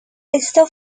esto